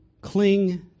cling